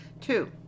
Two